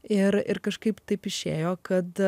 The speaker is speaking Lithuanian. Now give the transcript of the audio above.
ir ir kažkaip taip išėjo kad